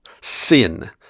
sin